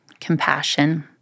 compassion